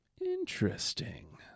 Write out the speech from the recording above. Interesting